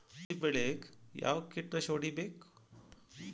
ಹತ್ತಿ ಬೆಳೇಗ್ ಯಾವ್ ಕೇಟನಾಶಕ ಹೋಡಿಬೇಕು?